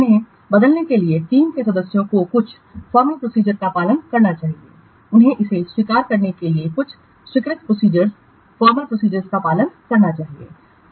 इन्हें बदलने के लिए टीम के सदस्यों को कुछ फॉर्मल प्रोसीजर्स का पालन करना चाहिए उन्हें इसे स्वीकार करने के लिए कुछ स्वीकृत प्रोसीजर्स फॉर्मल प्रोसीजर्स का पालन करना होगा